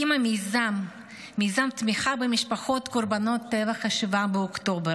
מיזם תמיכה במשפחות קורבנות טבח 7 באוקטובר,